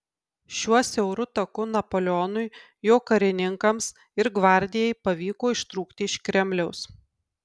šiuo siauru taku napoleonui jo karininkams ir gvardijai pavyko ištrūkti iš kremliaus